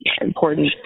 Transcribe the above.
important